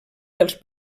dels